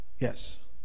Yes